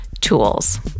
tools